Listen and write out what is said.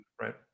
right